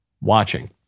watching